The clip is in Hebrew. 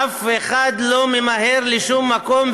אף אחד לא ממהר לשום מקום,